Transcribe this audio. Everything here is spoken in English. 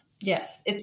Yes